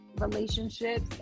relationships